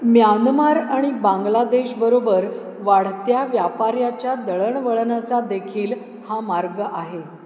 Myanmar आणि बांगलादेशबरोबर वाढत्या व्यापाऱ्याच्या दळणवळणाचा देखील हा मार्ग आहे